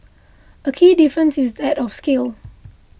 a key difference is that of scale